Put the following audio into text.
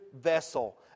vessel